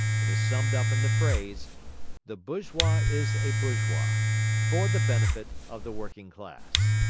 it is summed up in the phrase the bourgeois is a bourgeois for the benefit of the working class.